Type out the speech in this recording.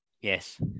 Yes